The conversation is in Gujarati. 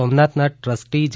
સોમનાથના ટ્રસ્ટી જે